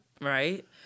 Right